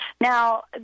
Now